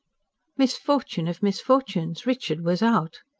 misfortune of misfortunes richard was out.